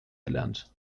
erlernt